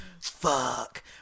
Fuck